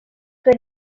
dore